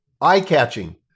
eye-catching